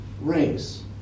race